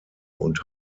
und